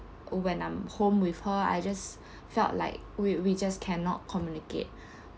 when I'm home with her I just felt like we we just cannot communicate